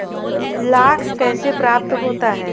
लाख कैसे प्राप्त होता है?